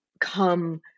come